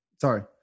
Sorry